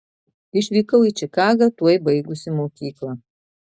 išvykau į čikagą tuoj baigusi mokyklą